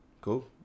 Cool